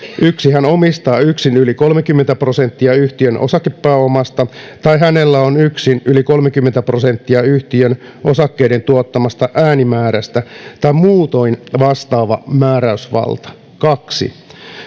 yksi hän omistaa yksin yli kolmekymmentä prosenttia yhtiön osakepääomasta tai hänellä on yksin yli kolmekymmentä prosenttia yhtiön osakkeiden tuottamasta äänimäärästä tai muutoin vastaava määräysvalta kaksi